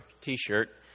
t-shirt